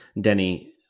Denny